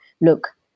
look